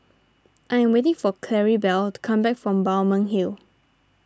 I am waiting for Claribel to come back from Balmeg Hill